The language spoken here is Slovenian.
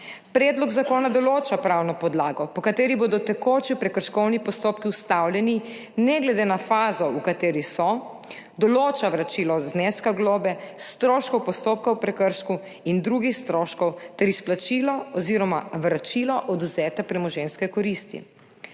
Predlog zakona določa pravno podlago, po kateri bodo tekoči prekrškovni postopki ustavljeni, ne glede na fazo, v kateri so, določa vračilo zneska globe, stroškov postopka o prekršku in drugih stroškov ter izplačilo oziroma vračilo odvzete premoženjske koristi.